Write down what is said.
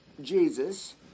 Jesus